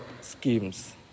schemes